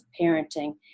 parenting